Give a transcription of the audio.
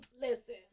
Listen